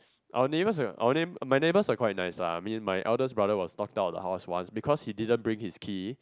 our neighbors ah our neigh~ my neighbors are quite nice lah I mean my elders brother was locked out lah I was once because he didn't bring his key